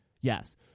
Yes